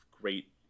great